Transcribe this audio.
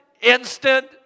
instant